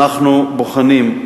אנו בוחנים,